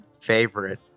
favorite